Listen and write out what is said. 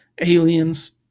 aliens